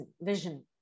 vision